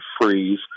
freeze